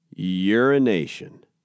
Urination